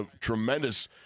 tremendous